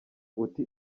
uti